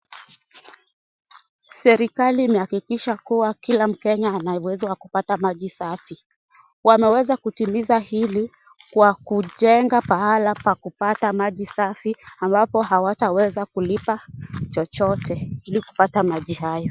Serikali imehakikisha kuwa kila Mkenya ana uwezo wa kupata maji safi, wameweza kutimiza hili kwa kujenga pahala pa kupata maji safi ambapo hawataweza kulipa chochote ili kupata maji hayo.